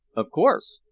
of course.